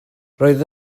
roedd